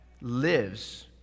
lives